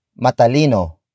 matalino